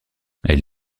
elle